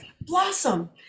blossom